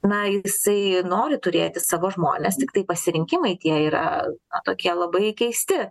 na jisai nori turėti savo žmonės tiktai pasirinkimai tie yra tokie labai keisti